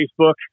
Facebook